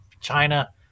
China